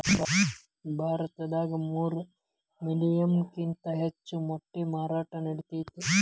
ಭಾರತದಾಗ ಮೂರ ಮಿಲಿಯನ್ ಕಿಂತ ಹೆಚ್ಚ ಮೊಟ್ಟಿ ಮಾರಾಟಾ ನಡಿತೆತಿ